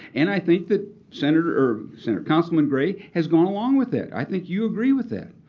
and i think that senator or senator councilman gray has gone along with it. i think you agree with that.